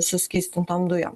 suskystintom dujom